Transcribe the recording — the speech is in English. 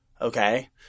okay